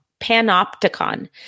Panopticon